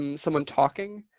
um someone talking,